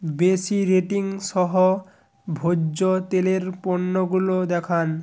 বেশি রেটিং সহ ভোজ্য তেলের পণ্যগুলো দেখান